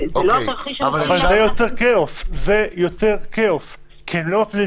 אבל זה יוצר כאוס כי הם לא מפעילים